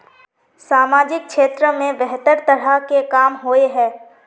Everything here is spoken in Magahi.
सामाजिक क्षेत्र में बेहतर तरह के काम होय है?